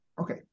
Okay